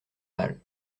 mal